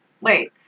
wait